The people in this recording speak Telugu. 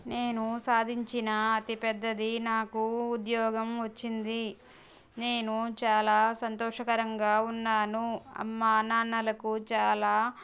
నేను సాధించిన అతి పెద్దది నాకు ఉద్యోగం వచ్చింది నేను చాలా సంతోషకరంగా ఉన్నాను అమ్మ నాన్నలకు చాలా